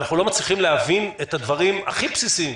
אנחנו לא מצליחים להבין את הדברים הכי בסיסיים: